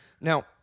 Now